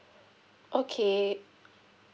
okay